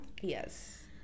Yes